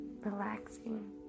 relaxing